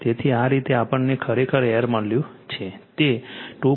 તેથી આ રીતે આપણને ખરેખર L મળ્યું છે તે 2